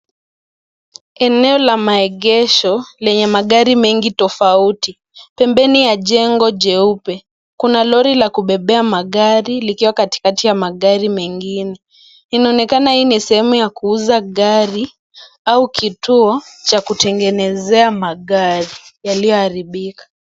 Eneo la maegesho lenye magari mengi tofauti. Pembeni ya jengo jeupe, kuna lori la kubebea magari likiwa katikati ya magari mengine. Inaonekana hii ni sehemu ya kuuza gari au kituo cha kutengenezea magari yaliyoharibika.